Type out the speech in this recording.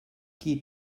qui